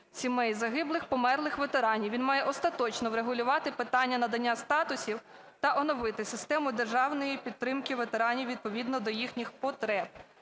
сімей загиблих (померлих) ветеранів. Він має остаточно врегулювати питання надання статусів та оновити систему державної підтримки ветеранів відповідно до їхніх потреб.